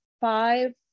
five